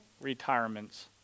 retirements